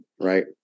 right